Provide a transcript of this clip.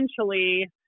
essentially